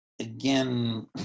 again